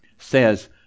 Says